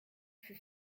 fut